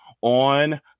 on